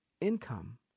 income